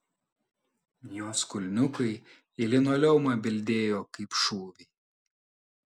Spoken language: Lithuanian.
jos kulniukai į linoleumą bildėjo kaip šūviai